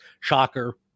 shocker